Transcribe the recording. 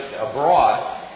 abroad